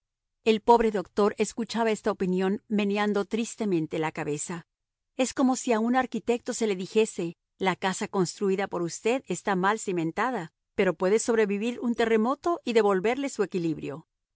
el pobre doctor escuchaba esta opinión meneando tristemente la cabeza es como si a un arquitecto se le dijese la casa construida por usted está mal cimentada pero puede sobrevenir un terremoto y devolverle su equilibrio